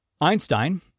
Einstein